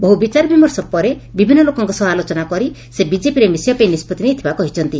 ବହୁ ବିଚାର ବିମର୍ଶ ପରେ ବିଭିନ୍ନ ଲୋକଙ୍କ ସହ ଆଲୋଚନା କରି ସେ ବିଜେପିରେ ମିଶିବା ପାଇଁ ନିଷ୍ବଉି ନେଇଥିବା କହିଛନ୍ତି